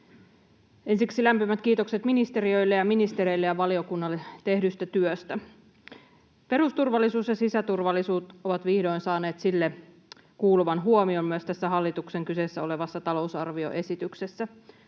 Ensiksi lämpimät kiitokset ministeriöille ja ministereille ja valiokunnalle tehdystä työstä. Perusturvallisuus ja sisäturvallisuus ovat vihdoin saaneet niille kuuluvan huomion myös tässä hallituksen kyseessä olevassa talousarvioesityksessä.